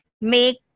make